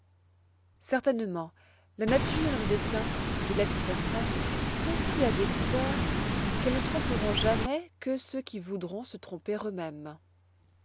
certainement la nature et le dessein des lettres persanes sont si à découvert qu'elles ne tromperont jamais que ceux qui voudront se tromper eux-mêmes